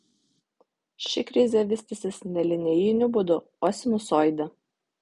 ši krizė vystysis ne linijiniu būdu o sinusoide